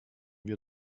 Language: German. wir